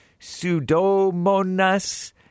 Pseudomonas